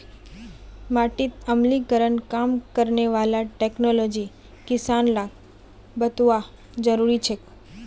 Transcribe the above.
माटीत अम्लीकरण कम करने वाला टेक्नोलॉजी किसान लाक बतौव्वा जरुरी छेक